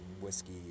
whiskey